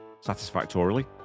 satisfactorily